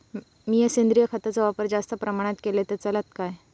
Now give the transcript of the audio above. मीया सेंद्रिय खताचो वापर जास्त प्रमाणात केलय तर चलात काय?